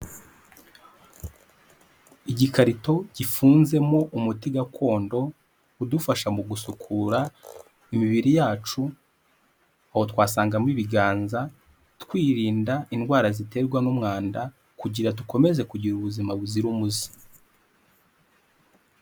Igikarito gifunzemo umuti gakondo udufasha mu gusukura imibiri yacu aho twasangamo ibiganza twirinda indwara ziterwa n'umwanda kugira dukomeze kugira ubuzima buzira umuze.